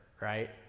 right